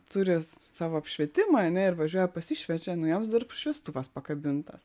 turi savo apšvietimą ane ir važiuoja pasišviečia nu joms dar šviestuvas pakabintas